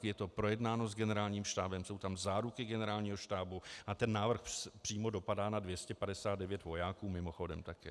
Je to projednáno s Generálním štábem, jsou tam záruky Generálního štábu a ten návrh přímo dopadá na 259 vojáků mimochodem také.